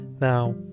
Now